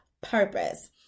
purpose